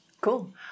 Cool